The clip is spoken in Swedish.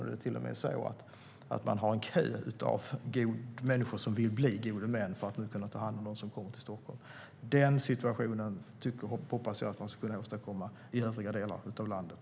Man har till och med en kö av människor som vill bli gode män för att kunna ta hand om dem som kommer till Stockholm. Den situationen hoppas jag att man ska kunna åstadkomma även i övriga delar av landet.